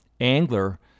angler